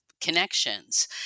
connections